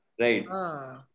Right